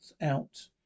out